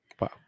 Wow